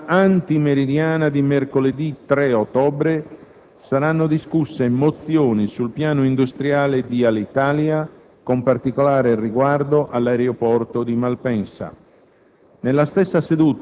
Nella seduta antimeridiana di mercoledì 3 ottobre saranno discusse mozioni sul piano industriale di Alitalia, con particolare riguardo all'aeroporto di Malpensa.